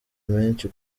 menshi